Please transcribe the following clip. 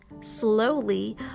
Slowly